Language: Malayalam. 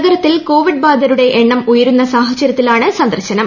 നഗരത്തിൽ കോവിഡ് ബാധിതരുടെ എണ്ണം ഉയരുന്ന സാഹചര്യത്തിലാണ് സന്ദർശനം